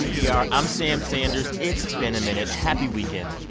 yeah i'm sam sanders. it's been a minute. happy weekend.